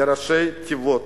לראשי התיבות,